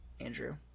Andrew